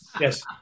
Yes